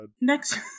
Next